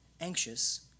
anxious